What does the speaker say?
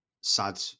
sad